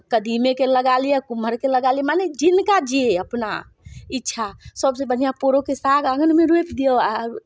कदीमेके लगा लिअ कुम्हरके लगा लिअ मने जिनका जे अपना इच्छा सभसँ बढ़िआँ पोरोके साग आङ्गनमे रोपि दिऔ आ